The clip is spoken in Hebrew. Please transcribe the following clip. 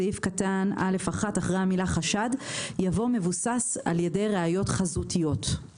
בסעיף קטן (א1) אחרי המילה חשד יבוא: מבוסס על יד ראיות חזותיות.